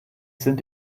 sind